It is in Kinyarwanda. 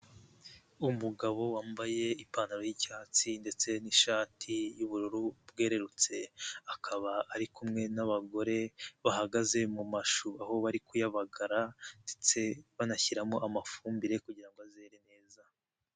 Umugabo wambaye ipantaro y'icyatsi ndetse n'ishati y'ubururu bwererutse, akaba ari kumwe n'abagore bahagaze mu mashu, aho bari kuyabagara ndetse banashyiramo amafumbire kugira ngo azere neza.